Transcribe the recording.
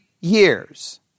years